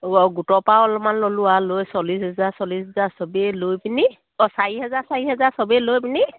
অঁ গোটৰ পৰাও অলপমান ল'লোঁ আ চল্লিছ হাজাৰ চল্লিছ হাজাৰ চবেই লৈ পিনি অঁ চাৰি হেজাৰ চাৰি হেজাৰ চবেই লৈ পিনি